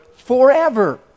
forever